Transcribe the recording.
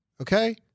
Okay